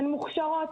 הן מוכשרות,